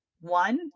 one